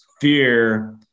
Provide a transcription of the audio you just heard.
fear